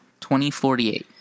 2048